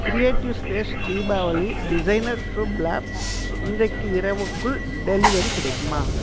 creative space Deepavali designer Shubh Labh இன்றைக்கு இரவுக்குள் delivery கிடைக்குமா